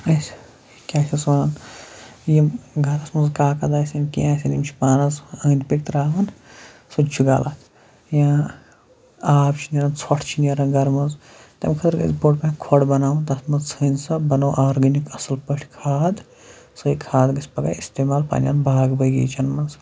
اَسہِ یہِ کیٛاہ چھِس وَنان یِم گَرَس منٛز کاکَد آسن کینٛہہ آسن یِم چھِ پانَس أنٛدۍ پٔکۍ ترٛاوان سُہ تہِ چھُ غلط یا آب چھِ نیران ژھۄٹھ چھِ نیران گَرٕ منٛز تَمہِ خٲطرٕ گژھِ بوٚڑ پَہَن کھۄڈ بَناوُن تَتھ منٛز ژھٕنۍ سۄ بنوو آرگٔنِک اَصٕل پٲٹھۍ کھاد سُے کھاد گژھِ پَگاہ استعمال پںٛںٮ۪ن باغ بٔغیٖچَن منٛز